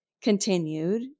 continued